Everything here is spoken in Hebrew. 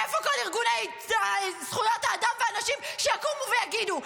איפה כל ארגוני זכויות האדם והנשים שיקומו ויגידו?